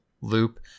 loop